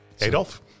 Adolf